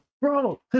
Bro